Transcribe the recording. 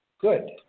Good